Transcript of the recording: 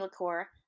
liqueur